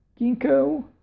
ginkgo